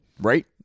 Right